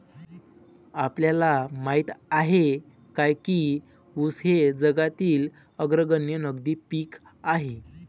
आपल्याला माहित आहे काय की ऊस हे जगातील अग्रगण्य नगदी पीक आहे?